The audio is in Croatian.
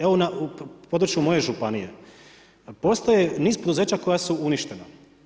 Evo na području moje županije postoje niz poduzeća koja su uništena.